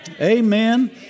Amen